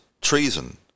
treason